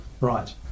Right